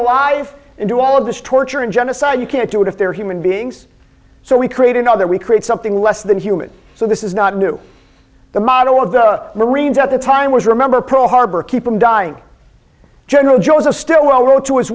alive into all of this torture and genocide you can't do it if they're human beings so we create another we create something less than human so this is not new the model of the marines at the time was remember pearl harbor keep them dying general joseph stilwell wrote to his